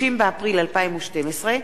30 באפריל 2012,